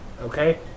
Okay